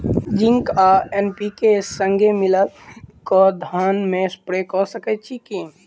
Zinc आ NPK, संगे मिलल कऽ धान मे स्प्रे कऽ सकैत छी की?